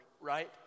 Right